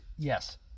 Yes